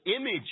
image